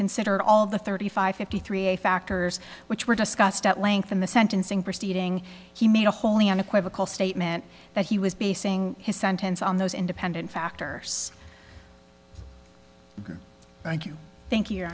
considered all of the thirty five fifty three a factors which were discussed at length in the sentencing proceeding he made a wholly unequivocal statement that he was basing his sentence on those independent factors thank you thank you